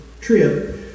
trip